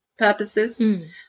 purposes